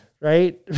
Right